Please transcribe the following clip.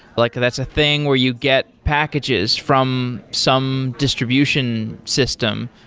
like that's a thing where you get packages from some distribution system.